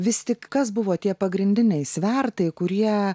vis tik kas buvo tie pagrindiniai svertai kurie